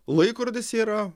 laikrodis yra